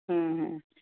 ହୁଁ ହୁଁ